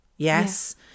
yes